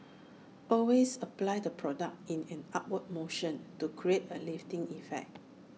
always apply the product in an upward motion to create A lifting effect